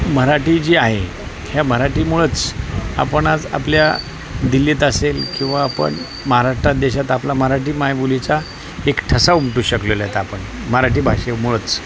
मराठी जी आहे ह्या मराठीमुळंच आपण आज आपल्या दिल्लीत असेल किंवा आपण महाराष्ट्रात देशात आपला मराठी मायबोलीचा एक ठसा उमटू शकलो आहेत आपण मराठी भाषेमुळंच